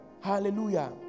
Hallelujah